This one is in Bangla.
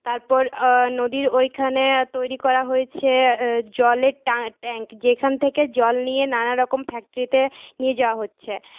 তারপর নদীর ওইখানে তৈরি করা হয়েছে জলের ট্যাঙ্ক যেখান থেকে জল নিয়ে নানা রকম ফ্যাক্টরিতে নিয়ে যাওয়া হচ্ছে